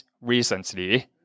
recently